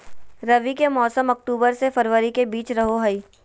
रबी के मौसम अक्टूबर से फरवरी के बीच रहो हइ